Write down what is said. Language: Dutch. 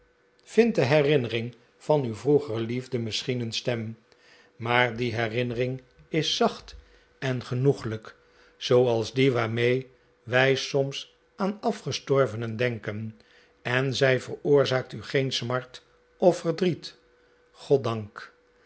vindt de herinnering van uw vroegere lief de misschien een stem maar die herinnering is zacht en genoeglijk zooals die r waarmee wij soms aan afgestorvenen denken en zij veroorzaakt u geen smart of verdriet goddank